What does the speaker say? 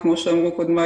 כמו שאמרו קודמיי,